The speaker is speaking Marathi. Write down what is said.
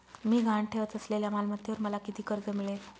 मी गहाण ठेवत असलेल्या मालमत्तेवर मला किती कर्ज मिळेल?